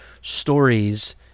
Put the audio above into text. stories